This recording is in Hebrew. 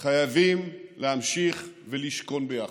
הם חייבים להמשיך לשכון ביחד.